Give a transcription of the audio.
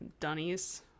dunnies